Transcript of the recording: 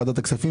ועדת הכספים,